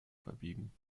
verbiegen